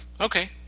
Okay